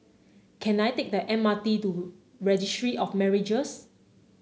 can I take the M R T to Registry of Marriages